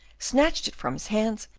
snatched it from his hands,